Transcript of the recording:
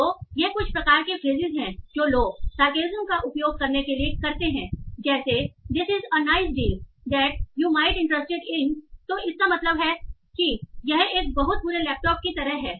तो यह कुछ प्रकार के फ्रेसिस है जो लोग सार्केज्म का उपयोग करने के लिए कहते हैं जैसे this is a nice deal that you might interested in तो इसका मतलब है कि यह एक बहुत बुरे लैपटॉप की तरह है